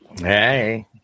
Hey